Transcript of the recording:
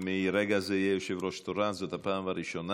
מרגע זה יהיה יושב-ראש תורן זאת הפעם הראשונה,